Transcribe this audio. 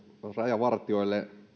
rajavartijoille